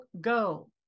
go